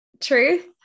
truth